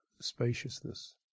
spaciousness